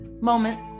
moment